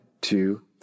two